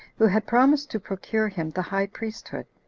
who had promised to procure him the high priesthood.